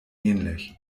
ähnlich